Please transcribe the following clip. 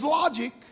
logic